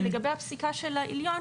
לגבי הפסיקה של העליון,